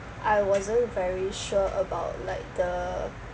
I wasn't very sure about like the